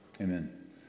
Amen